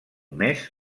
mes